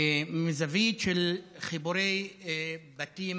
מזווית של חיבורי בתים